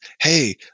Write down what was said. hey